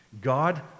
God